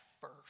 first